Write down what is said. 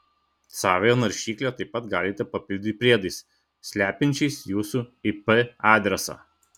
savąją naršyklę taip pat galite papildyti priedais slepiančiais jūsų ip adresą